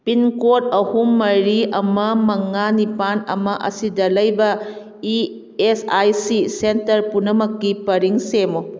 pin code ꯑꯍꯨꯝ ꯃꯔꯤ ꯑꯃ ꯃꯉꯥ ꯅꯤꯄꯥꯟ ꯑꯃ ꯑꯁꯤꯗ ꯂꯩꯕ E S I C centre ꯄꯨꯝꯅꯃꯛꯀꯤ ꯄꯔꯤꯡ ꯁꯦꯝꯃꯨ